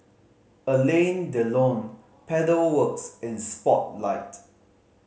Alain Delon Pedal Works and Spotlight